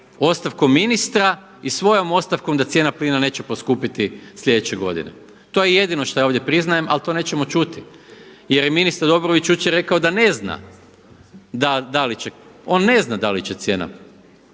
ostavkom ministra i svojom ostavkom da cijena plina neće poskupiti sljedeće godine. To je jedino što ja ovdje priznajem, ali to nećemo čuti jer je ministar Dobrović jučer rekao da ne zna da li će cijena